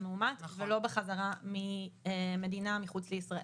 מאומת ולא בחזרה ממדינה מחוץ לישראל.